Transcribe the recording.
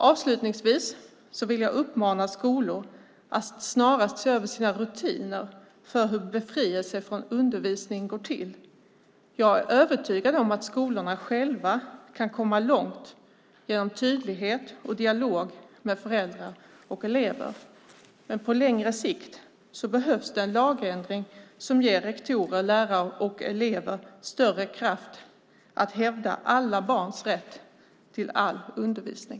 Avslutningsvis vill jag uppmana skolor att snarast se över sina rutiner för hur befrielse från undervisning går till. Jag är övertygad om att skolorna själva kan komma långt genom tydlighet och dialog med föräldrar och elever. Men på längre sikt behövs det en lagändring som ger rektorer, lärare och elever större kraft att hävda alla barns rätt till all undervisning.